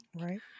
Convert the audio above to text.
Right